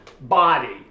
body